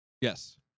yes